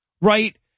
Right